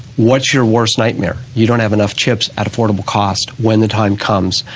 what's your worst nightmare? you don't have enough chips at affordable cost when the time comes,